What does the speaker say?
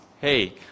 hey